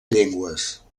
llengües